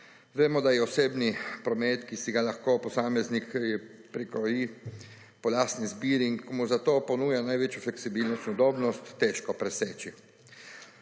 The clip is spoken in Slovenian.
Vemo, da je osebni promet, ki si ga lahko posameznik prikroji po lastni izbiri in mu zato ponuja največjo fleksibilnost in udobnost, težko preseči.